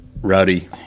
Rowdy